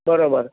बरोबर